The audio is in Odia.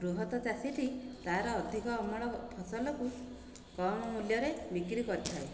ବୃହତ ଚାଷୀଟି ତାର ଅଧିକ ଅମଳ ଫସଲକୁ କମ୍ ମୂଲ୍ୟରେ ବିକ୍ରି କରିଥାଏ